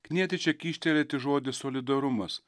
knieti čia kyštelėti žodį solidarumas